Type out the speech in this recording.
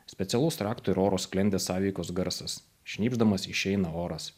specialus rakto ir oro sklendės sąveikos garsas šnypšdamas išeina oras